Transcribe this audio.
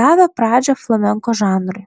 davė pradžią flamenko žanrui